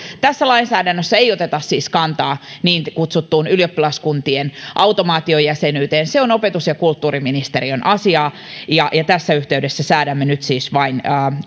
tässä lainsäädännössä ei oteta siis kantaa niin kutsuttuun ylioppilaskuntien automaatiojäsenyyteen se on opetus ja kulttuuriministeriön asiaa ja ja tässä yhteydessä säädämme nyt siis vain